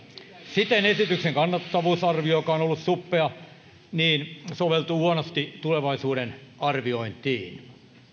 siten esityksen kannattavuusarvio joka on ollut suppea soveltuu huonosti tulevaisuuden arviointiin